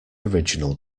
original